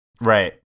Right